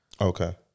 okay